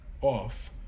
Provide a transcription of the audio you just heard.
off